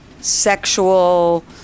sexual